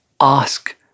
Ask